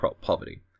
poverty